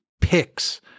picks